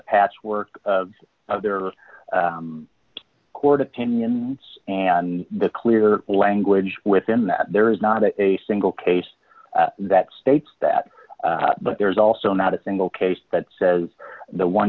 patchwork of their court opinions and the clear language within that there is not a single case that states that but there is also not a single case that says the one